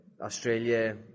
Australia